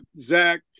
Zach